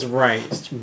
raised